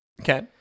Okay